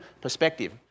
perspective